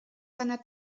seiner